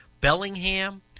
Bellingham